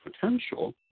potential